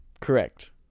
Correct